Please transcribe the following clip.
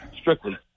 Strictly